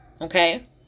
Okay